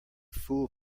fool